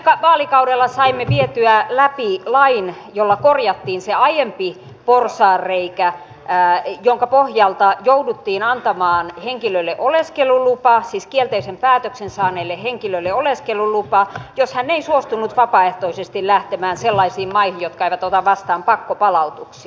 viime vaalikaudella saimme vietyä läpi lain jolla korjattiin se aiempi porsaanreikä jonka pohjalta jouduttiin antamaan kielteisen päätöksen saaneelle henkilölle oleskelulupa jos hän ei suostunut vapaaehtoisesti lähtemään sellaisiin maihin jotka eivät ota vastaan pakkopalautuksia